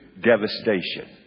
devastation